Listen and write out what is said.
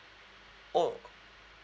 oh